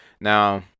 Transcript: Now